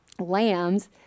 lambs